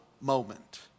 moment